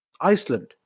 Iceland